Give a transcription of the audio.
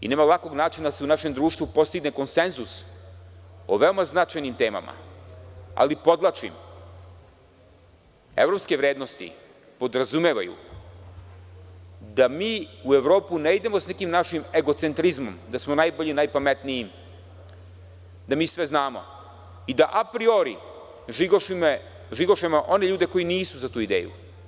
Nema lakog načina da se u našem društvu postigne konsenzus o veoma značajnim temama ali, podvlačim, evropske vrednosti podrazumevaju da mi u Evropu ne idemo sa nekim našim egocentrizmom, da smo najbolji i najpametniji, da mi sve znamo i da apriori žigošemo one ljude koji nisu za tu ideju.